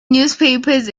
newspapers